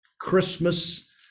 Christmas